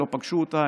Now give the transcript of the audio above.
הם לא פגשו אותה,